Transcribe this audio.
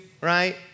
right